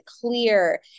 clear